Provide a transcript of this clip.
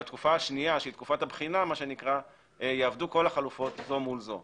בתקופת הבחינה יעמדו כל החלופות זו מול זו.